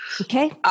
Okay